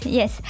yes